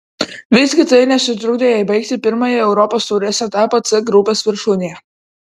visgi tai nesutrukdė jai baigti pirmąjį europos taurės etapą c grupės viršūnėje